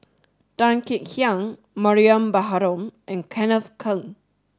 Tan Kek Hiang Mariam Baharom and Kenneth Keng